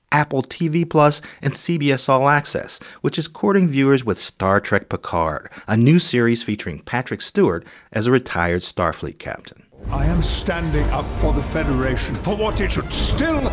apple tv plus and cbs all access, which is courting viewers with star trek picard, a new series featuring patrick stewart as a retired starfleet captain i am standing up for the federation, for what it should still